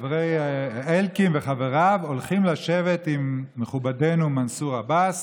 אלקין וחבריו הולכים לשבת עם מכובדנו מנסור עבאס